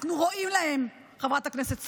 אנחנו רואים להם, חברת הכנסת סון,